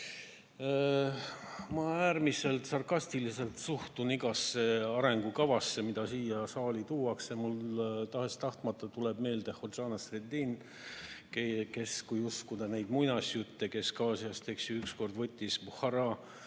Ma äärmiselt sarkastiliselt suhtun igasse arengukavasse, mis siia saali tuuakse. Mulle tuleb tahes-tahtmata meelde Hodža Nasreddin, kes, kui uskuda neid muinasjutte Kesk-Aasiast, ükskord võttis Buhhara